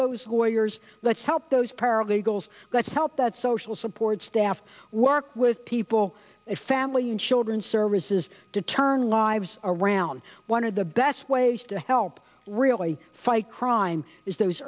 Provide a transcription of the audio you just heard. those lawyers let's help those paralegals let's help that social support staff work with people family and children services to turn lives around one of the best ways to help really fight crime is those